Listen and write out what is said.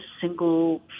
single